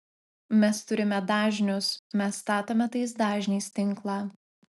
mes turime dažnius mes statome tais dažniais tinklą